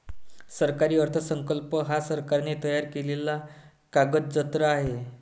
सरकारी अर्थसंकल्प हा सरकारने तयार केलेला कागदजत्र आहे